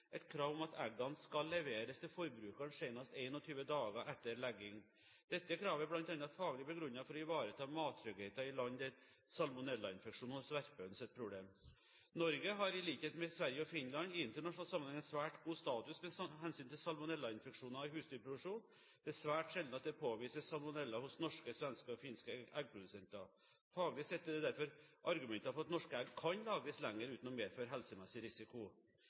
at eggene skal leveres til forbruker senest 21 dager etter legging. Dette kravet er bl.a. faglig begrunnet i det å ivareta mattryggheten i land der salmonellainfeksjoner hos verpehøns er et problem. Norge har, i likhet med Sverige og Finland, i internasjonal sammenheng en svært god status med hensyn til salmonellainfeksjoner i husdyrproduksjon. Det er svært sjelden at det påvises salmonella hos norske, svenske og finske eggprodusenter. Faglig sett er det derfor argumenter for at norske egg kan lagres lenger uten å medføre helsemessig risiko.